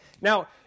Now